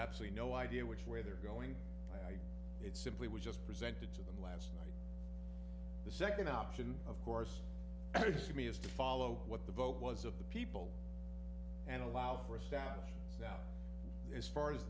absolutely no idea which way they're going it simply was just presented to them last night the second option of course is to me is to follow what the vote was of the people and allow for a staff that as far as